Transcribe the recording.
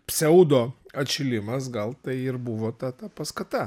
pseudo atšilimas gal tai ir buvo ta ta paskata